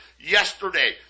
yesterday